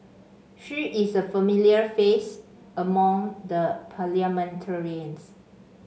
she is a familiar face among the parliamentarians